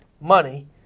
money